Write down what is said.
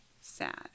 sad